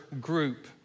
group